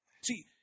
See